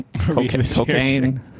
cocaine